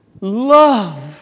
love